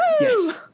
Yes